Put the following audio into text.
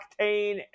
Octane